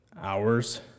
hours